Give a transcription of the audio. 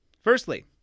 Firstly